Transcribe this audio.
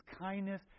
kindness